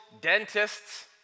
dentists